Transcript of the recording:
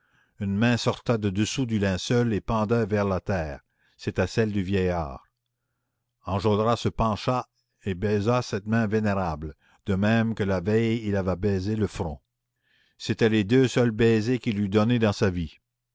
une main sortait de dessous le linceul et pendait vers la terre c'était celle du vieillard enjolras se pencha et baisa cette main vénérable de même que la veille il avait baisé le front c'étaient les deux seuls baisers qu'il eût donnés dans sa vie